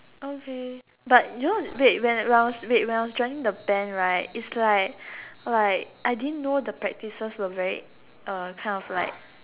okay but you know wait when I I was wait when I was joining the band right is like like I didn't know the practices were very kind of like